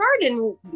garden